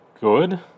good